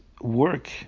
work